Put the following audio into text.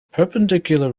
perpendicular